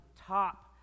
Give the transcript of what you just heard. top